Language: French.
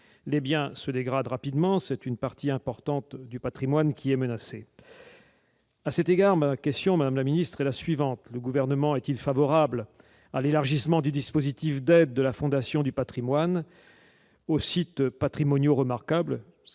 Les biens se dégradent rapidement. C'est une partie importante du patrimoine qui est menacée. Ma question, madame la ministre, est la suivante : le Gouvernement est-il favorable à l'élargissement du dispositif d'aide de la Fondation du patrimoine aux sites patrimoniaux remarquables-